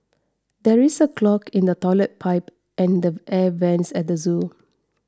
there is a clog in the Toilet Pipe and the Air Vents at the zoo